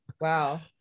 Wow